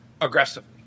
aggressively